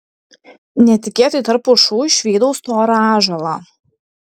netikėtai tarp pušų išvydau storą ąžuolą